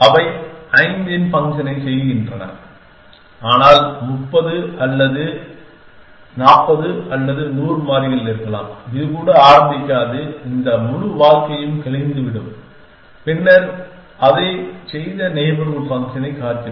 அவை 5 இன் ஃபங்க்ஷனைச் செய்கின்றன ஆனால் 30 அல்லது 40 அல்லது 100 மாறிகள் இருக்கலாம் இது கூட ஆரம்பிக்காது இந்த முழு வாழ்க்கையையும் கழித்துவிடும் பின்னர் அதைச் செய்த நெய்பர்ஹூட் ஃபங்க்ஷனைக் காத்திருக்கும்